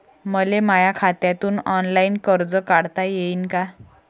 मले माया खात्यातून ऑनलाईन कर्ज काढता येईन का?